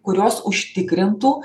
kurios užtikrintų